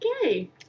Okay